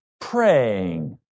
praying